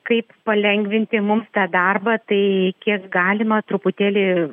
kaip palengvinti mums tą darbą tai kiek galima truputėlį